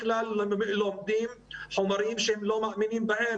כלל לומדים חומרים שהם לא מאמינים בהם.